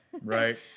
Right